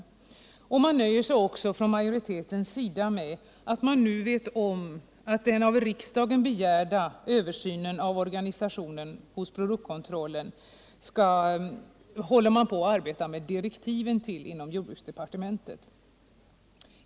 Majoriteten nöjer sig också med att man nu vet om att direktiven för den begärda översynen av organisationen hos produktkontrollen håller på att utarbetas inom jordbruksdepartementet.